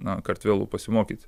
na kartvelų pasimokyti